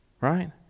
Right